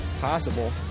possible